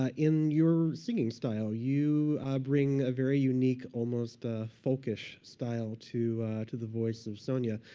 ah in your singing style, you bring a very unique, almost folkish style to to the voice of sonya.